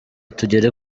tugere